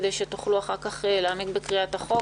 כדי שתוכלו אחר כך להעמיק בקריאת החוק,